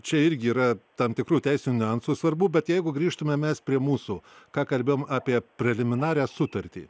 čia irgi yra tam tikrų teisinių niuansų svarbu bet jeigu grįžtume mes prie mūsų ką kalbėjom apie preliminarią sutartį